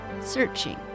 searching